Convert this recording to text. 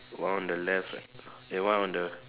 one on the left and one on the